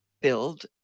build